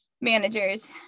managers